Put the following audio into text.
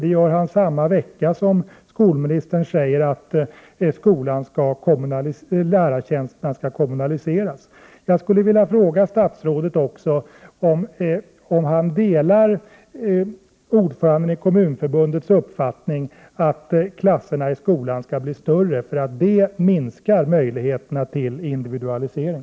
Detta säger han samma vecka som skolministern uttalar att lärartjänsterna skall kommunaliseras. Jag skulle också vilja fråga statsrådet om han delar ordförandens i Kommunförbundet uppfattning att klasserna i skolan bör bli större. Det minskar ju möjligheterna till individualisering!